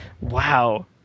Wow